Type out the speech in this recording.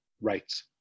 rights